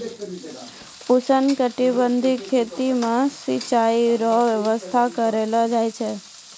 उष्णकटिबंधीय खेती मे सिचाई रो व्यवस्था करलो जाय छै